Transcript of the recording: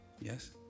Yes